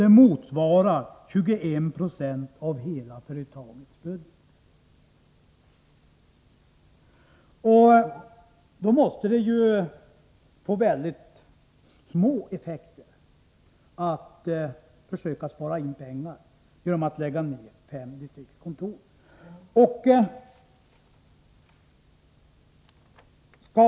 Det motsvarar 21 96 av den totala budgeten. Om man försöker göra besparingar genom att lägga ned fem distriktskontor, måste det bli fråga om mycket små effekter.